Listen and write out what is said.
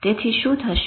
તેથી શું થશે